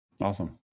Awesome